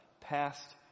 past